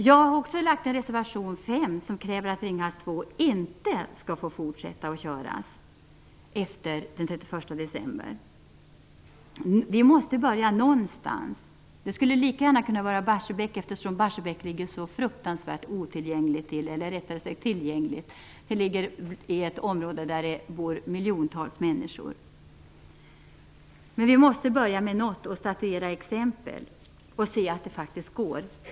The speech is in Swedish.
Jag har också avgett reservation 5, som kräver att Ringhals 2 skall stoppas senast den 31 december. Vi måste börja någonstans. Det kunde lika gärna ha kunnat vara Barsebäck, eftersom det ligger så tillgängligt i ett område där miljontals människor bor. Men vi måste börja med något för att statuera exempel och visa att det faktiskt går.